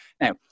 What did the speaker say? Now